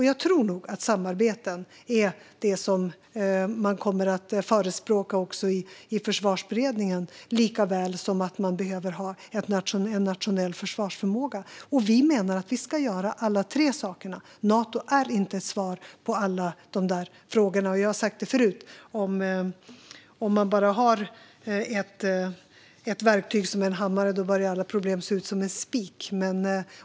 Jag tror att det är samarbeten man kommer att förespråka i Försvarsberedningen, likaväl som att vi behöver ha en nationell försvarsförmåga. Vi menar att vi ska göra alla tre sakerna. Nato är inte svaret på alla frågor. Jag har sagt det förut: Om man bara har ett verktyg och det är en hammare börjar alla problem se ut som spikar.